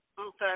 Okay